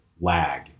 lag